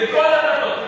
לכל הדתות.